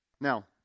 Now